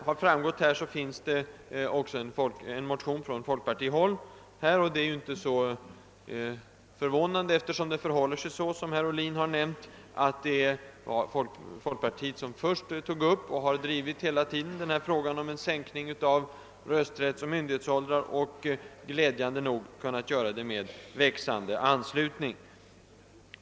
Som framgår av utskottets utlåtande har även vi från folkpartihåll motionerat i denna fråga, och det är ju på intet sätt förvånande, eftersom folkpartiet var först att ta upp och driva önskemålet om en sänkning av rösträttsoch myndighetsåldrarna, och glädjande nog har kunnat göra det med växande anslutning. Detta har herr Ohlin redan nämnt.